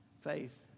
faith